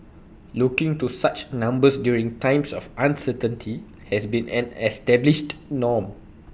looking to such numbers during times of uncertainty has been an established norm